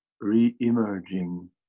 re-emerging